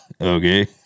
Okay